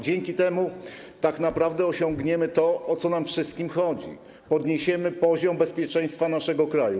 Dzięki temu tak naprawdę osiągniemy to, o co nam wszystkim chodzi: podniesiemy poziom bezpieczeństwa naszego kraju.